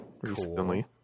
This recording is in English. recently